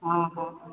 ହଁ ହଁ